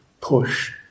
push